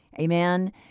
Amen